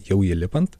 jau ja lipant